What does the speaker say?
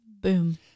Boom